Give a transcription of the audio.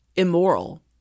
immoral